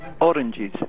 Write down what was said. oranges